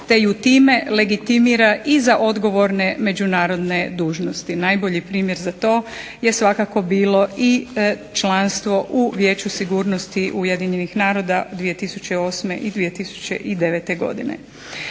te ju time legitimira i za odgovorne međunarodne dužnosti. Najbolji primjer za to je svakako bilo i članstvo u Vijeću sigurnosti UN-a 2008. i 2009. godine.